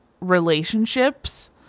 relationships